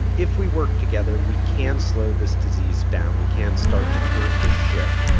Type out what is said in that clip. if we work together, we can slow this disease down. we can start to turn the ship.